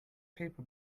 paper